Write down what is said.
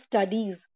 studies